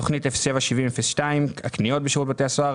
תוכנית 07-70-02 הקניות בשירות בתי הסוהר